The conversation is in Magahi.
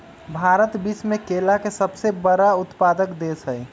भारत विश्व में केला के सबसे बड़ उत्पादक देश हई